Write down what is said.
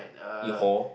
you whore